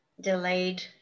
delayed